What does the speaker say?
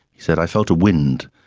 he said, i felt a wind,